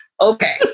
Okay